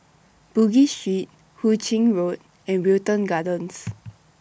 Bugis Street Hu Ching Road and Wilton Gardens